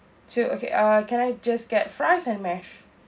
two okay uh can I just get fries and mash